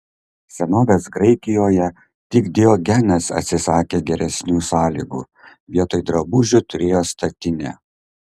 senovės graikijoje tik diogenas atsisakė geresnių sąlygų vietoj drabužių turėjo statinę